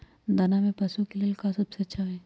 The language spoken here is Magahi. दाना में पशु के ले का सबसे अच्छा होई?